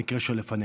המקרה שלפנינו.